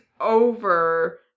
over